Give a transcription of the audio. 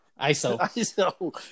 Iso